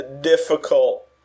difficult